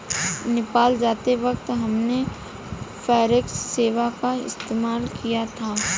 नेपाल जाते वक्त हमने फॉरेक्स सेवा का इस्तेमाल किया था